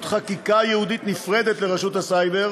חקיקה ייעודית נפרדת לרשות הסייבר